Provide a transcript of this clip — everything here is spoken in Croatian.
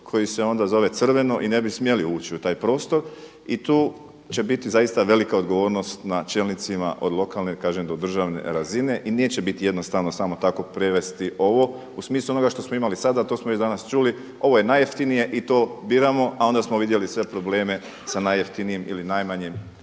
koji se onda zove crveno i ne bi smjeli ući u taj prostor, i tu će biti zaista velika odgovornost na čelnicima od lokalne do državne razine. I neće biti jednostavno samo tako prevesti ovo u smislu onoga što smo imali sada, a to smo i danas čuli, ovo je najjeftinije i to biramo, a onda smo vidjeli sve probleme sa najjeftinijim ili najmanjim